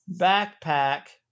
backpack